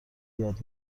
یاد